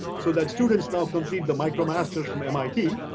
so that students now complete the micromasters from mit.